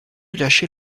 lâcher